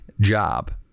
job